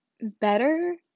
better